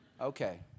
Okay